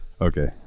Okay